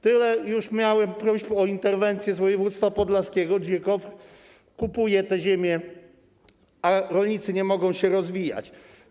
Tyle już miałem próśb o interwencje z województwa podlaskiego, gdzie KOWR kupuje te ziemie, a rolnicy nie mogą się rozwijać.